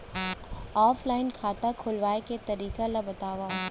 Offline खाता खोलवाय के तरीका ल बतावव?